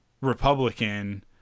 Republican